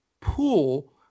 pool